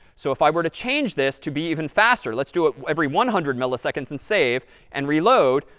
so if i were to change this to be even faster let's do it every one hundred milliseconds and save and reload,